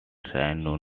shannon